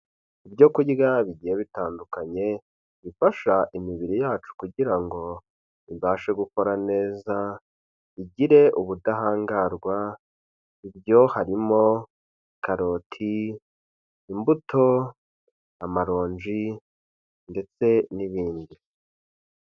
Ibyo kurya bigiye bitandukanye bifasha imibiri yacu kugira ngo ibashe gukora neza igire ubudahangarwa. Ibyo harimo karoti, imbuto, amaronji ndetse n'ibindi.